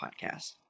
podcast